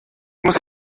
muss